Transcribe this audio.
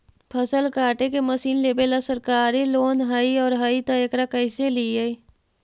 फसल काटे के मशीन लेबेला सरकारी लोन हई और हई त एकरा कैसे लियै?